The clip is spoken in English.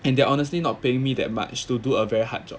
and they're honestly not paying me that much to do a very hard job